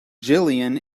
jillian